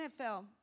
NFL